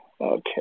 Okay